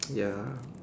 ya